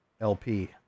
LP